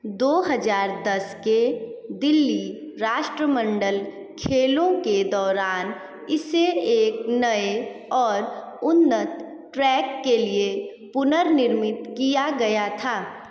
दो हजार दस के दिल्ली राष्ट्रमंडल खेलों के दौरान इसे एक नए और उन्नत ट्रैक के लिए पुनर्निर्मित किया गया था